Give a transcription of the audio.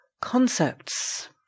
concepts